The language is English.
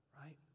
right